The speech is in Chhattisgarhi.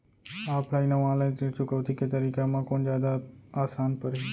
ऑफलाइन अऊ ऑनलाइन ऋण चुकौती के तरीका म कोन जादा आसान परही?